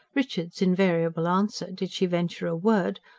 richard's invariable answer, did she venture a word,